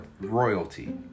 royalty